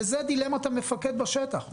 זאת דילמת המפקד בשטח.